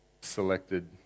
selected